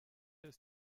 ist